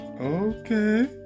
okay